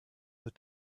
the